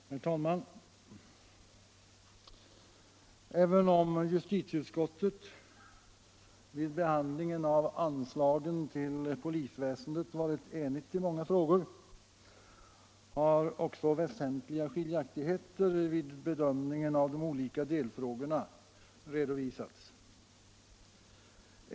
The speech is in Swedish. Herr talman! Även om justitieutskottet vid behandlingen av anslagen till polisväsendet varit enigt i många frågor, har också väsentliga skiljaktigheter vid bedömningen av de olika delfrågorna redovisats.